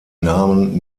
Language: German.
namen